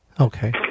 Okay